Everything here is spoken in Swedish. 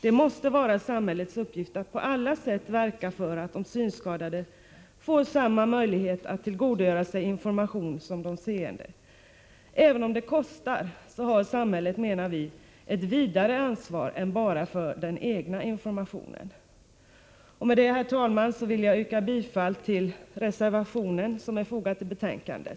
Det måste vara samhällets uppgift att på alla sätt verka för att de synskadade får samma möjligheter att tillgodogöra sig information som de seende. Även om det kostar så har samhället, menar vi, ett vidare ansvar än bara för den egna informationen. Med detta, herr talman, vill jag yrka bifall till den reservation som är fogad till betänkandet.